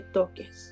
toques